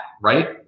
right